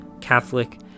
Catholic